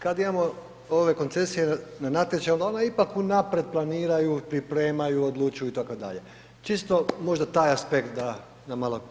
Kad imamo ove koncesije na natječaju onda ona ipak unaprijed planiraju, pripremaju, odlučuju itd., čisto možda taj aspekt da nam malo pojasnite.